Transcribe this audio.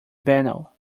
banal